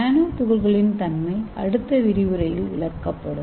நானோ துகள்களின் தன்மை அடுத்த விரிவுரையில் விளக்கப்படும்